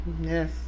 Yes